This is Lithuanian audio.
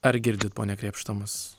ar girdit pone krėpšta mus